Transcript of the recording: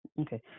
okay